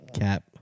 Cap